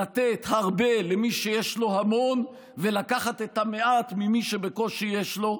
לתת הרבה למי שיש לו המון ולקחת את המעט ממי שבקושי יש לו.